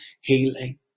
healing